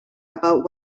about